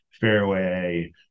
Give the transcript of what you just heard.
fairway